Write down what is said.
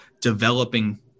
developing